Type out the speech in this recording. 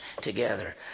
together